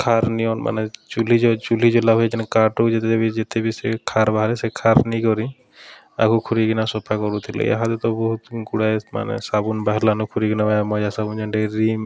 ଖାର୍ ନିଅନ୍ ମାନେ ଚୁଲି ଚୁଲି ଜୁଲା ହୁଏ ଯେନ୍ ଯେତେବେଳେ ଯେତେ ବି ସେ ଖାର୍ ବାହାରେ ସେ ଖାର୍ ନେଇ କରି ଆଗୁ ଖୁରିଗିନା ସଫା କରୁଥିଲେ ଇହାଦେ ତ ବହୁତ୍ ଗୁଡ଼ାଏ ମାନେ ସାବୁନ୍ ବାହାରିଲାନ ଖୁରିଗିନା ମଜା ସାବୁନ୍ ଯେନ୍ଟାକି ରିନ୍